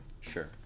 Sure